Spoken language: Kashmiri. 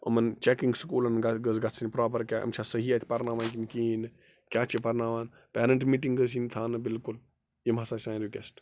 یِمَن چَکِنٛگ سکوٗلَن گہ گٔژھ گَژھٕنۍ پرٛاپَر کیٛاہ یِم چھےٚ صحیح اَتہِ پرناوان کِنہٕ کِہیٖنۍ نہٕ کیٛاہ چھِ پرناوان پیرَنٛٹ مِٹِنٛگ گٔژھ یِن تھانہٕ بِلکُل یِم ہسا سٲنۍ رِکٮ۪سٹ